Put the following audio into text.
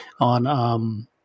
on